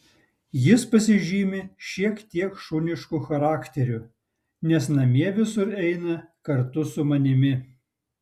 jis pasižymi šiek tiek šunišku charakteriu nes namie visur eina kartu su manimi